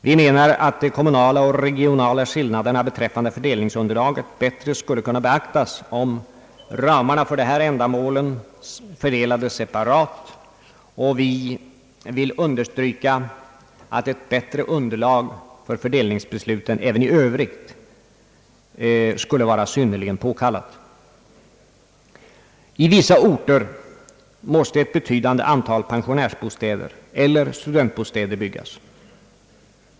Vi menar att de kommunala och regionala skillnaderna beträffande fördelningsunderlaget skulle kunna beaktas bättre om ramarna för det här ändamålet fördelas separat, och vi vill understryka att ett bättre underlag för fördelningsbesluten även i Övrigt är synnerligen påkallat. I vissa orter måste ett betydande antal pensionärsoch studentbostäder byggas.